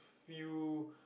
few